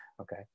okay